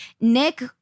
Nick